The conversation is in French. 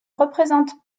représente